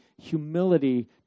humility